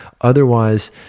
Otherwise